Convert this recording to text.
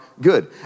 Good